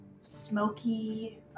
smoky